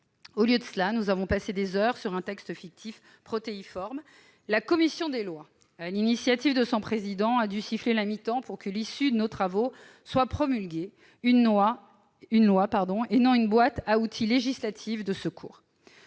Au lieu de cela, nous avons passé des heures sur un texte fictif protéiforme. La commission des lois, sur l'initiative de son président, a dû siffler la mi-temps pour que, à l'issue de nos travaux, soit promulguée une loi, et non une boîte à outils législative de secours.